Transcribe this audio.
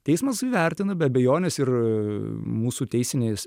teismas įvertina be abejonės ir mūsų teisinės